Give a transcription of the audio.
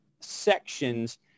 sections